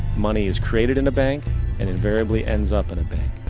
money is created in the bank and invariably ends up in a bank.